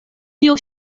tio